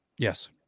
Yes